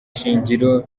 shingiro